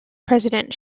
president